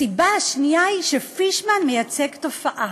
הסיבה השנייה היא שפישמן מייצג תופעה.